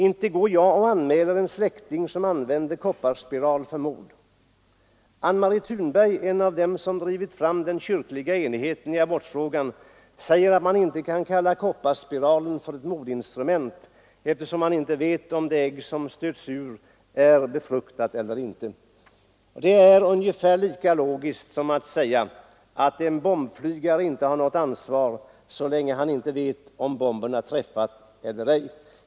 Inte går jag och anmäler en släkting som använder kopparspiral för mord. Ann-Marie Thunberg, en av dem som drivit fram den kyrkliga enigheten i abortfrågan, säger att man inte kan kalla kopparspiralen för ett mordinstrument eftersom man inte vet om det ägg som stöts ut är befruktat eller inte. Det är ungefär lika logiskt som att säga att en bombflygare inte har något ansvar så länge han inte vet om bomberna träffat eller ej.